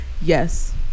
Yes